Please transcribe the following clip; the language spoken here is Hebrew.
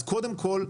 אז קודם כל,